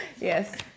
Yes